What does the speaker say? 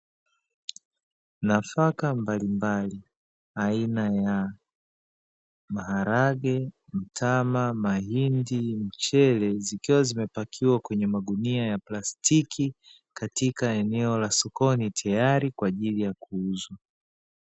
Nafaka mbalimbali aina ya maharage, mtama, mahindi, mchele zikiwa zimepakiwa kwenye magunia ya plastiki katika eneo la sokoni teyari kwaajili ya kuuzwa.